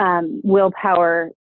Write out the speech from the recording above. Willpower